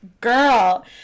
girl